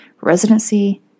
residency